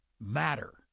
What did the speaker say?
matter